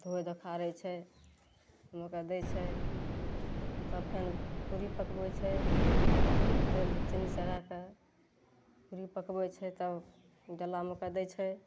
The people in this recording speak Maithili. धोइ धोखारय छै ओइमे कऽ दै छै तब फेन पूड़ी पकबय छै उसब फेन निश्चिन्त भए कए पूड़ी पकबय छै तब डलामे कऽ दै छै